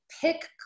pick